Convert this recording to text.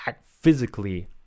physically